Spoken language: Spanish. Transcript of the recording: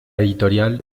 editorial